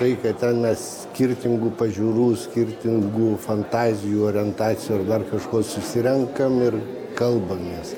ten ten mes skirtingų pažiūrų skirtingų fantazijų orientacijų ar dar kažko susirenkam ir kalbamės